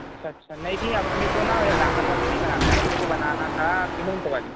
अच्छा अच्छा नही भैया अपने को ना डामर वाली नहीं बनाना है अपने को बनाना था सीमेंट वाली